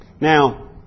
Now